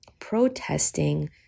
protesting